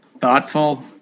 thoughtful